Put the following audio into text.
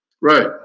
Right